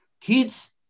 kids